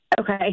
Okay